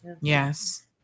Yes